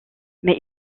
mais